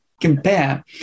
compare